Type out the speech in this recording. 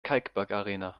kalkbergarena